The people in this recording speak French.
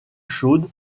chaude